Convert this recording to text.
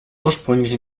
ursprünglich